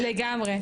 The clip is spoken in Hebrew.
לגמרי.